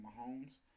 Mahomes